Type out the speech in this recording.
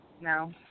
No